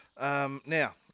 Now